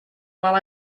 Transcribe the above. while